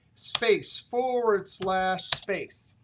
space, forward slash, space.